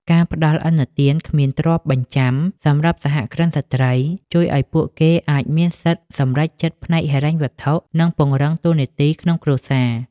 ការផ្ដល់ "ឥណទានគ្មានទ្រព្យបញ្ចាំ" សម្រាប់សហគ្រិនស្រ្តី ជួយឱ្យពួកគេអាចមានសិទ្ធិសម្រេចចិត្តផ្នែកហិរញ្ញវត្ថុ និងពង្រឹងតួនាទីក្នុងគ្រួសារ។